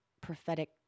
prophetic